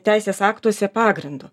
teisės aktuose pagrindo